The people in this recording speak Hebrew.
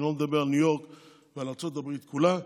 אני לא מדבר על ניו יורק ועל ארצות הברית כולה.